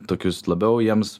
tokius labiau jiems